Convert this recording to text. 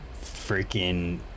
freaking